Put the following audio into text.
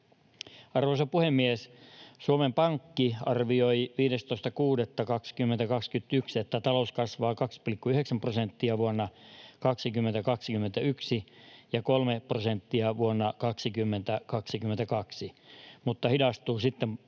Arvoisa puhemies! Suomen Pankki arvioi 15.6.2021, että talous kasvaa 2,9 prosenttia vuonna 2021 ja 3 prosenttia vuonna 2022 mutta hidastuu sitten 1,3